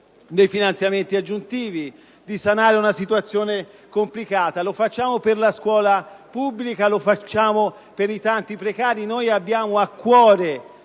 finanziamenti aggiuntivi e sanare una situazione complicata: lo facciamo per la scuola pubblica e per i tanti precari, perché abbiamo a cuore